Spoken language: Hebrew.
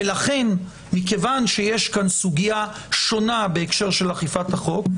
לכן מכיוון שיש כאן סוגיה שונה בהקשר של אכיפת החוק,